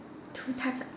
two types